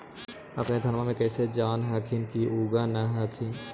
अपने धनमा के कैसे जान हखिन की उगा न हखिन?